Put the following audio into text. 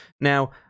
Now